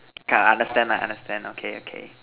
okay I understand I understand okay okay